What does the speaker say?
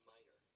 Minor